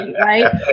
Right